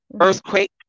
earthquake